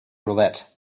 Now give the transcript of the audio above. roulette